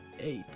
Eight